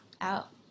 out